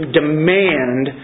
demand